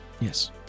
Yes